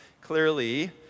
Clearly